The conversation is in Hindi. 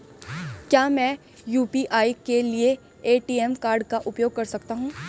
क्या मैं यू.पी.आई के लिए ए.टी.एम कार्ड का उपयोग कर सकता हूँ?